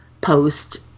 post